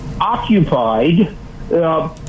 occupied